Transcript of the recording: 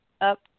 up